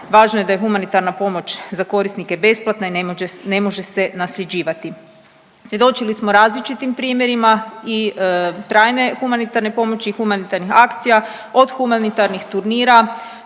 Važno je da je humanitarna pomoć za korisnike besplatna i ne može se nasljeđivati. Svjedočili smo različitim primjerima i trajne humanitarne pomoći i humanitarnih akcija od humanitarnih turnira,